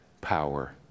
power